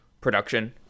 production